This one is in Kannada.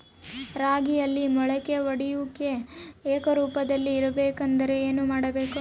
ರಾಗಿಯಲ್ಲಿ ಮೊಳಕೆ ಒಡೆಯುವಿಕೆ ಏಕರೂಪದಲ್ಲಿ ಇರಬೇಕೆಂದರೆ ಏನು ಮಾಡಬೇಕು?